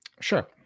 Sure